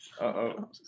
Uh-oh